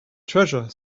treasure